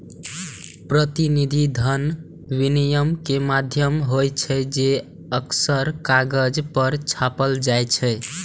प्रतिनिधि धन विनिमय के माध्यम होइ छै, जे अक्सर कागज पर छपल होइ छै